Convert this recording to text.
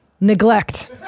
Neglect